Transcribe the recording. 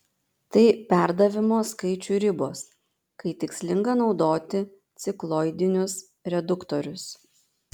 tai perdavimo skaičių ribos kai tikslinga naudoti cikloidinius reduktorius